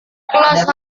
kelas